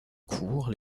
cour